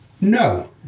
no